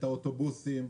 את האוטובוסים,